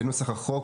בנוסח החוק,